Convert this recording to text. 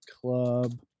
Club